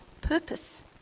purpose